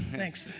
thanks.